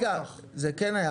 זה כן היה